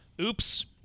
oops